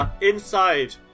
Inside